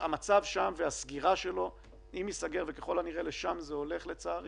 המצב שם והסגירה שלו אם ייסגר וככל הנראה לשם זה הולך לצערי